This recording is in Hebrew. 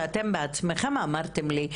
שאתם בעצמכם אמרתם לי,